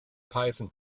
python